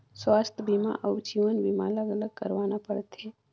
स्वास्थ बीमा अउ जीवन बीमा अलग अलग करवाना पड़थे?